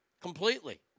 Completely